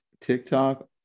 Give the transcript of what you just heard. TikTok